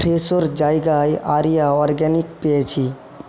ফ্রেশোর জায়গায় আরিয়া অরগ্যানিক পেয়েছি